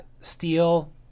steel